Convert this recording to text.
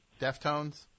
Deftones